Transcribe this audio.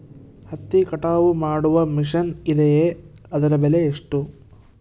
ಹತ್ತಿ ಕಟಾವು ಮಾಡುವ ಮಿಷನ್ ಇದೆಯೇ ಅದರ ಬೆಲೆ ಎಷ್ಟು?